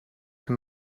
him